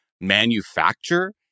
manufacture